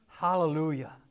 Hallelujah